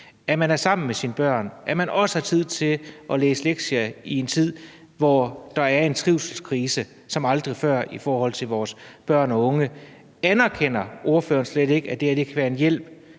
at man er sammen med sine børn, og at man også har tid til at læse lektier i en tid, hvor der er en trivselskrise som aldrig før i forhold til vores børn og unge. Anerkender ordføreren slet ikke, at det her kan være en hjælp